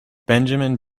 benjamin